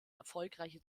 erfolgreiche